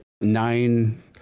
nine